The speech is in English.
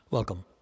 Welcome